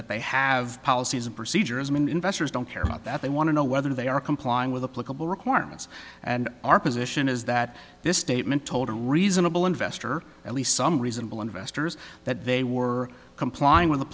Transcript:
that they have policies and procedures and investors don't care about that they want to know whether they are complying with the political requirements and our position is that this statement told a reasonable investor at least some reasonable investors that they were complying with the